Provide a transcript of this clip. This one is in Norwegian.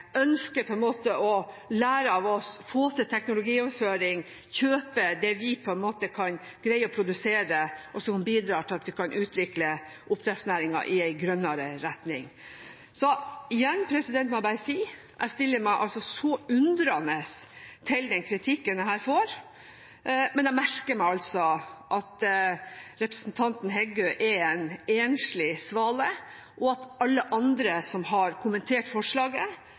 ønsker å lære av oss, få til teknologioverføring og kjøpe det vi kan greie å produsere, og det bidrar til at vi kan utvikle oppdrettsnæringen i en grønnere retning. Så igjen må jeg bare si: Jeg stiller meg undrende til den kritikken jeg her får, men jeg merker meg at representanten Heggø er en enslig svale, og at alle andre som har kommentert forslaget,